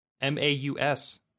M-A-U-S